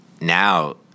now